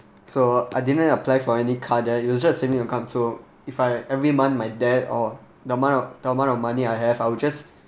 so I didn't apply for any card that it was just a saving account so if I every month my dad or the amount the amount of money I have I will just